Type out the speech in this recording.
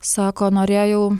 sako norėjau